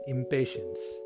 Impatience